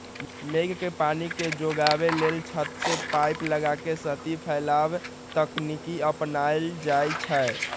मेघ के पानी के जोगाबे लेल छत से पाइप लगा के सतही फैलाव तकनीकी अपनायल जाई छै